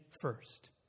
first